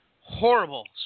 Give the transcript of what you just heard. horrible